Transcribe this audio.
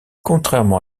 contrairement